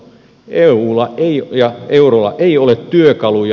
eulla ja eurolla ei ole työkaluja